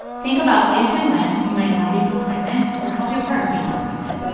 think about if and when you might want to become pregnant or help your partner become pregnant